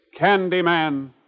Candyman